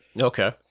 Okay